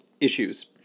issues